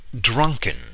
drunken